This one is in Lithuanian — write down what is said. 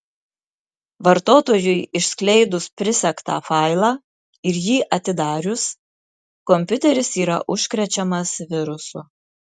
vartotojui išskleidus prisegtą failą ir jį atidarius kompiuteris yra užkrečiamas virusu